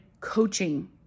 coaching